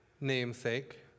namesake